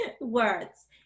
words